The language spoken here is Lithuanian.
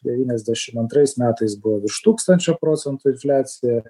devyniasdešim antrais metais buvo virš tūkstančio procentų infliacija